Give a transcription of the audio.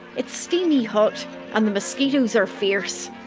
it's steamy hot and the mosquitos are fierce.